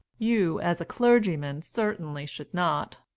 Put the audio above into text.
you, as a clergyman, certainly should not.